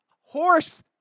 horse